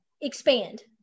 expand